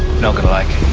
not gonna like